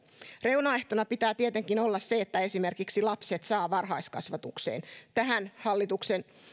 reunaehtona pitää tietenkin olla se että esimerkiksi lapset saa varhaiskasvatukseen tähän hallituksen